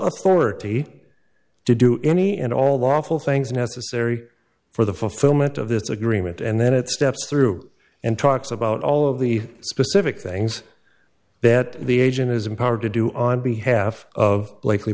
authority to do any and all lawful things necessary for the fulfillment of this agreement and then it steps through and talks about all of the specific things that the agent is empowered to do on behalf of blakely